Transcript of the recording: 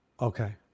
Okay